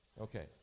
Okay